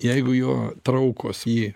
jeigu jo traukos jį